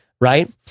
right